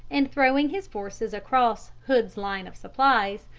and, throwing his forces across hood's line of supplies,